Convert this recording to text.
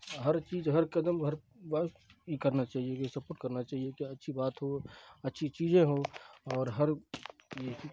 ہر چیز ہر قدم ہر پر کرنا چاہیے یہ سب کو کرنا چاہیے کہ اچھی بات ہو اچھی چیزیں ہوں اور ہر یہ کہ